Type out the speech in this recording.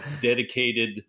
dedicated